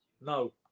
No